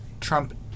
Trump